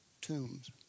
tombs